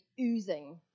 oozing